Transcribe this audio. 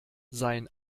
sein